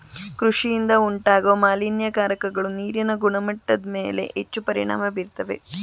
ಕೃಷಿಯಿಂದ ಉಂಟಾಗೋ ಮಾಲಿನ್ಯಕಾರಕಗಳು ನೀರಿನ ಗುಣಮಟ್ಟದ್ಮೇಲೆ ಹೆಚ್ಚು ಪರಿಣಾಮ ಬೀರ್ತವೆ